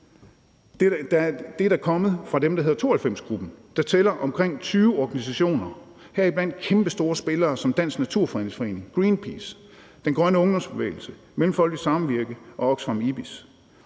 dem, der hedder 92-Gruppen, der tæller omkring 20 organisationer, heriblandt kæmpestore spillere som Danmarks Naturfredningsforening, Greenpeace, Den Grønne Ungdomsbevægelse, Mellemfolkeligt Samvirke og Oxfam IBIS.